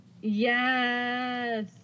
Yes